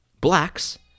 blacks